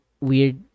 weird